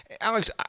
Alex